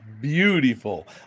Beautiful